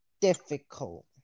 difficult